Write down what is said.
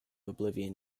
oblivion